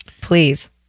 Please